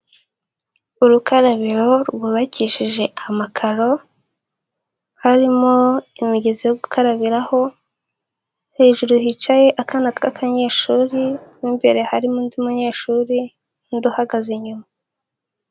Urukarabiro rwubakishije amakaro, harimo imigezi yo gukarabiraho, hejuru hicaye akana k'akanyeshuri, mo imbere harimo undi munyeshuri, n'undi uhagaze inyuma.